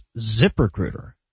ZipRecruiter